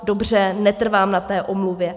Dobře, netrvám na té omluvě.